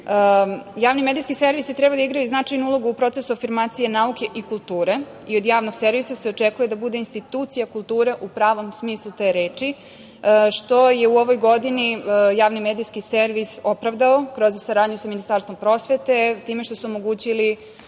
medijski servisi treba da igraju značajnu ulogu u procesu afirmacije nauke i kulture i od javnog servisa se očekuje da bude institucija kulture u pravo smislu te reči, što je u ovoj godini javni medijski servis opravdao kroz saradnju sa Ministarstvom prosvete, time što su omogućili